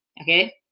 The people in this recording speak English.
Okay